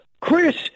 Chris